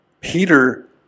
Peter